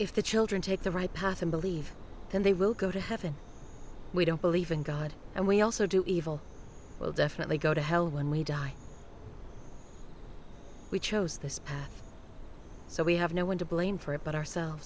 if the children take the right path and believe that they will go to heaven we don't believe in god and we also do evil will definitely go to hell when we die we chose this path so we have no one to blame for it but ourselves